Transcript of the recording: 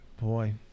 Boy